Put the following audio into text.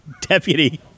deputy